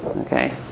okay